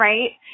Right